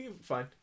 Fine